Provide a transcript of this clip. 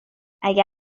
اگه